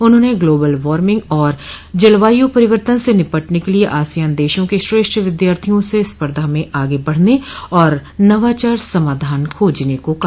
उन्होंने global warming और जलवायू परिवर्तन से निपटने के लिए आसियान देशों के श्रेष्ठ विद्यार्थियों से स्पर्धा में आगे बढ़ने और नवाचार समाधान खोजने को कहा